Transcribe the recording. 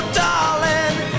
darling